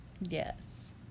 Yes